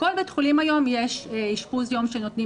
בכל בית חולים היום יש אשפוז יום שנותנים